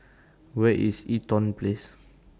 Where IS Eaton Place